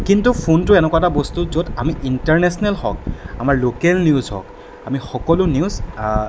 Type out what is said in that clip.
কিন্তু ফোনটো এনেকুৱা এটা বস্তু য'ত আমি ইণ্টাৰনেচনেল হওক আমাৰ লোকেল নিউজ হওক আমি সকলো নিউজ